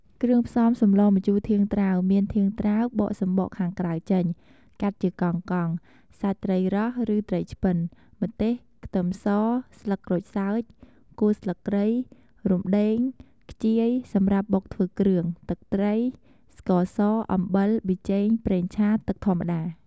គ្រឿងផ្សំសម្លម្ជូរធាងត្រាវមាន ធាងត្រាវ បកសំបកខាងក្រៅចេញ កាត់ជាកង់ៗ សាច់ត្រីរ៉ស់ ឬត្រីឆ្ពិន ម្ទេស ខ្ទឹមស ស្លឹកក្រូចសើច គល់ស្លឹកគ្រៃ រំដេង ខ្ជាយ សម្រាប់បុកធ្វើគ្រឿង ទឹកត្រី ស្ករស អំបិល ប៊ីចេង ប្រេងឆា ទឹកធម្មតា។